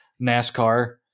NASCAR